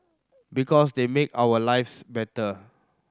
because they make our lives better